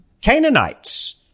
Canaanites